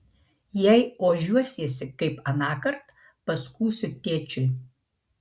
jei ožiuosiesi kaip anąkart paskųsiu tėčiui